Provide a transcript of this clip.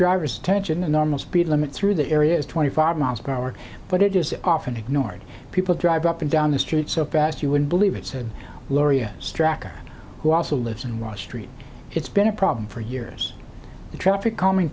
driver's attention a normal speed limit through the area is twenty five miles per hour but it is often ignored people drive up and down the street so fast you wouldn't believe it said loria stracke who also lives in los st it's been a problem for years the traffic calming